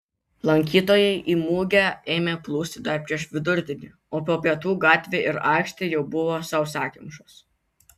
lankytojai į mugę ėmė plūsti dar prieš vidurdienį o po pietų gatvė ir aikštė jau buvo sausakimšos